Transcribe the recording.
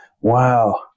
Wow